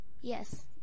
Yes